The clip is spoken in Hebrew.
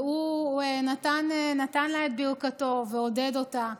והוא נתן לה את ברכתו ועודד אותה.